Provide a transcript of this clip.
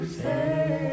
say